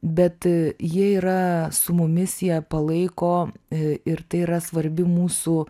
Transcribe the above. bet jie yra su mumis jie palaiko ir tai yra svarbi mūsų